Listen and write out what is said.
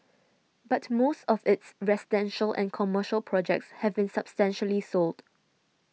but most of its residential and commercial projects have been substantially sold